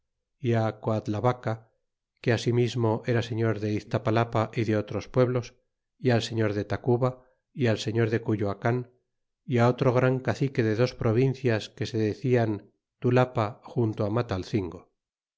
é coadlabaca que ensimismo era señor de iztapalapa y de otros pueblos y al señor de tacuba al señor de cuyoacan otro gran cacique de dos provincias que se decien fulapa junto